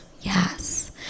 Yes